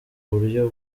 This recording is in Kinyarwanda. buryo